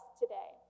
today